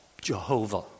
Jehovah